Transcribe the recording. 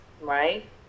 right